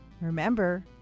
Remember